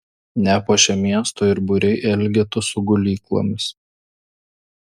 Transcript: nepuošia miesto ir būriai elgetų su gulyklomis